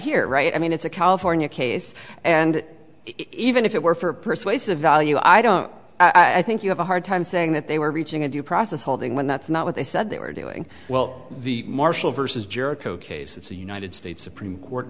here right i mean it's a california case and even if it were for a persuasive value i don't i think you have a hard time saying that they were reaching a due process holding when that's not what they said they were doing well the marshall versus jericho case it's a united states supreme court